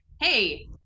hey